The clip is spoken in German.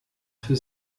für